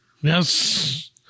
Yes